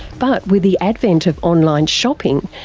but with the advent of online shopping,